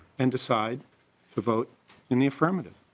and decide to vote in the affirmative.